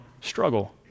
struggle